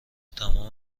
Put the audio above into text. تمام